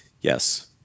Yes